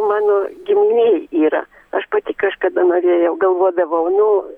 mano giminėj yra aš pati kažkada norėjau galvodavau nu